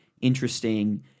interesting